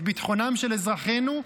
את ביטחונם של אזרחינו.